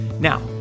Now